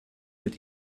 mit